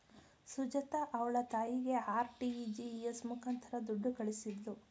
ಸುಜಾತ ಅವ್ಳ ತಾಯಿಗೆ ಆರ್.ಟಿ.ಜಿ.ಎಸ್ ಮುಖಾಂತರ ದುಡ್ಡು ಕಳಿಸಿದ್ಲು